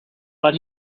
but